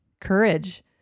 courage